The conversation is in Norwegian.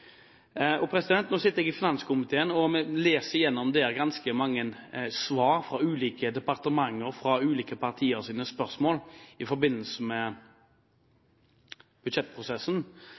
og utsatte innkjøp av utstyr. Nå sitter jeg i finanskomiteen, og vi leser gjennom ganske mange svar fra ulike departementer på spørsmål fra ulike partier i forbindelse med budsjettprosessen.